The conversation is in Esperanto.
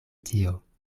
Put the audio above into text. tio